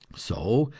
so,